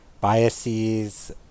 biases